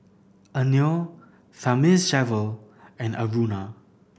Anil Thamizhavel and Aruna